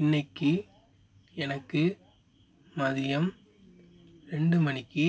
இன்றைக்கு எனக்கு மதியம் ரெண்டு மணிக்கு